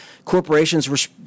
corporations